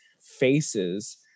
faces